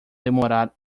demorar